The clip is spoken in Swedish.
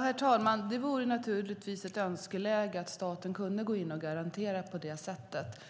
Herr talman! Det vore naturligtvis ett önskeläge att staten kunde gå in och garantera på det sättet.